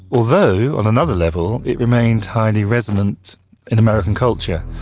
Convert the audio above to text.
although on another level it remained highly resonant in american culture.